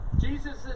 Jesus